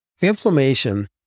Inflammation